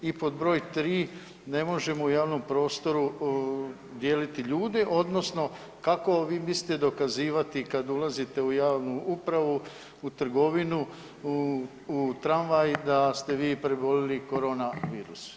I pod broj 3 ne možemo u javnom prostoru dijeliti ljude odnosno kako vi mislite dokazivati kad ulazite u javnu upravu, u trgovinu, u tramvaj da ste vi prebolili korona virus.